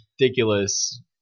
ridiculous